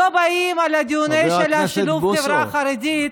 לא באים לדיונים על שילוב החברה החרדית,